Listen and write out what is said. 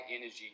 energy